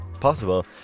possible